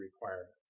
requirements